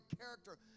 character